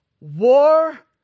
war